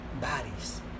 bodies